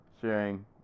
sharing